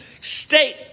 state